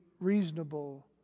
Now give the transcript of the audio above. reasonable